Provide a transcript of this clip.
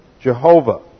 Jehovah